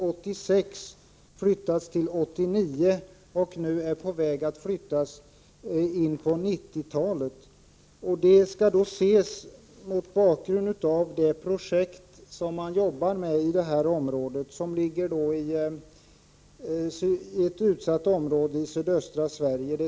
Den har sedan flyttats till 1986 och därefter till 1989, och nu är den på väg att flyttas in på 90-talet. Den vägsträcka det gäller ligger i ett utsatt område i sydöstra Sverige.